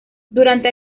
durante